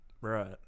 right